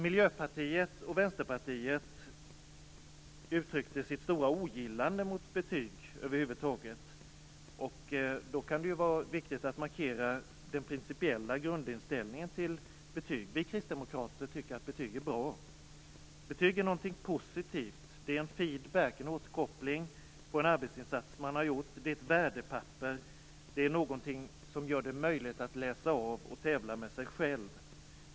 Miljöpartiet och Vänsterpartiet har uttryckt sitt stora ogillande av betyg över huvud taget. Därför kan det vara viktigt att markera den principiella grundinställningen till betyg. Vi kristdemokrater tycker att betyg är bra. Betyg är något som är positivt. Betyg är en feedback, en återkoppling, till en arbetsinsats som man har gjort. Ett betyg är ett värdepapper, något det är möjligt att läsa av och som gör det möjligt tävla med sig själv.